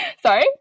sorry